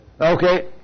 Okay